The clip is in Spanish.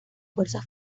fuerzas